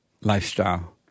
lifestyle